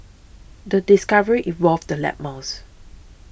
the discovery involved the lab mouse